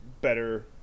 better